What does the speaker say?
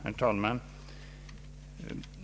Herr talman!